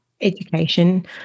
education